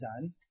done